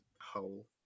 hole